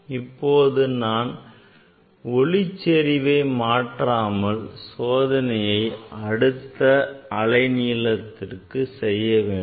இப்போது நான் ஒளிச்செறிவை மாற்றாமல் சோதனையை அடுத்த அலை நீளத்திற்கு செய்ய வேண்டும்